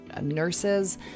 nurses